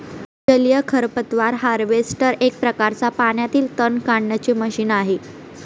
जलीय खरपतवार हार्वेस्टर एक प्रकारच पाण्यातील तण काढण्याचे मशीन आहे